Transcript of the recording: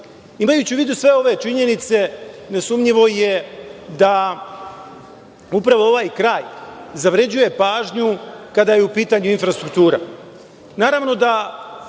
u vidu sve ove činjenice, nesumnjivo je da upravo ovaj kraj zavređuje pažnju kada je u pitanju infrastruktura.